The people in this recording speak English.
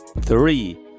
three